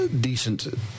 decent